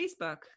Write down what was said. Facebook